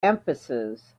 emphasis